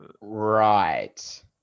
Right